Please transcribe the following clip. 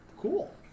cool